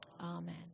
Amen